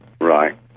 Right